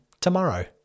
tomorrow